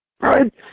right